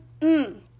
Mmm